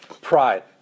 pride